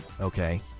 okay